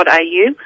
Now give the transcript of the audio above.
au